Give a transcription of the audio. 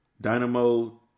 Dynamo